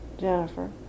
Jennifer